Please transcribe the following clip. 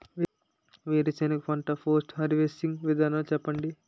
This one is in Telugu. వేరుసెనగ పంట కి పోస్ట్ హార్వెస్టింగ్ విధానాలు చెప్పండీ?